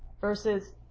Versus